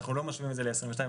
אנחנו לא משווים את זה ל-22',